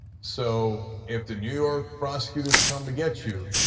so if the new york prosecutors come to get you,